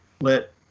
Let